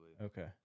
okay